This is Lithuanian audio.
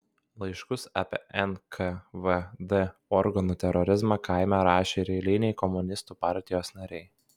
laiškus apie nkvd organų terorizmą kaime rašė ir eiliniai komunistų partijos nariai